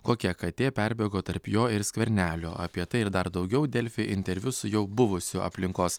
kokia katė perbėgo tarp jo ir skvernelio apie tai ir dar daugiau delfi interviu su jau buvusiu aplinkos